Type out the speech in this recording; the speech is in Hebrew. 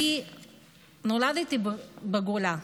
אני נולדתי בגולה,